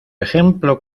ejemplo